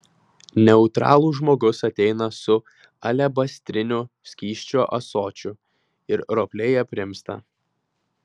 neutralų žmogus ateina su alebastriniu skysčio ąsočiu ir ropliai aprimsta